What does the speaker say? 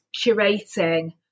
curating